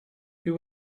who